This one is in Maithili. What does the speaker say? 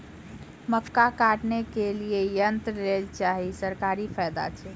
मक्का काटने के लिए यंत्र लेल चाहिए सरकारी फायदा छ?